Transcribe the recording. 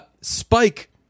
Spike